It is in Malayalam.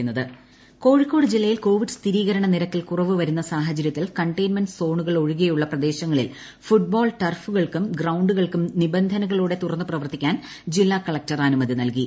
കോഴിക്കോട് നിബന്ധനകൾ കോഴിക്കോട് ജില്ലയിൽ കോവിഡ് സ്ഥിരീകരണ നിരക്കിൽ കുറവ് വരുന്ന സാഹചരൃത്തിൽ കണ്ടെയ്ൻമെന്റ് സോണുകൾ ഒഴികെയുള്ള പ്രദേശങ്ങളിൽ ഫുട്ബോൾ ടർഫുകൾക്കും ഗ്രൌണ്ടുകൾക്കും നിബന്ധനകളോടെ തുറന്നു പ്രവർത്തിക്കാൻ ജില്ലാ കളക്ടർ അനുമതി നൽകി